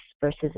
versus